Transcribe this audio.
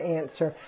answer